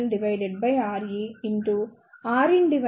ViVS IBRCRLre